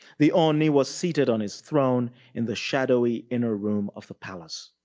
the ooni was seated on his throne in the shadowy inner room of the palace.